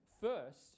first